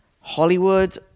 Hollywood